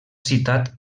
citat